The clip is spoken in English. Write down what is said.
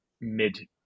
mid